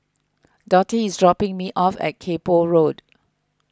Dottie is dropping me off at Kay Poh Road